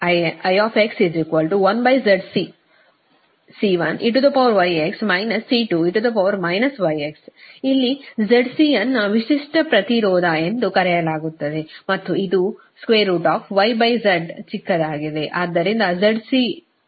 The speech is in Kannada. I 1ZCC1eγx C2e γx ಅಲ್ಲಿ ZC ಅನ್ನು ವಿಶಿಷ್ಟ ಪ್ರತಿರೋಧ ಎಂದು ಕರೆಯಲಾಗುತ್ತದೆ ಮತ್ತು ಇದು yz ಚಿಕ್ಕದಾಗಿದೆ